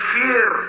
fear